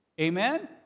Amen